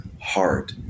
heart